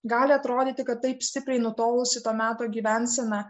gali atrodyti kad taip stipriai nutolusi to meto gyvensena